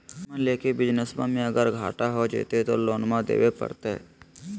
लोनमा लेके बिजनसबा मे अगर घाटा हो जयते तो लोनमा देवे परते?